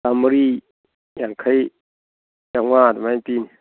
ꯆꯃꯔꯤ ꯌꯥꯡꯈꯩ ꯆꯃꯉꯥ ꯑꯗꯨꯃꯥꯏ ꯄꯤꯅꯤ